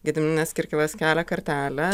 gediminas kirkilas kelia kartelę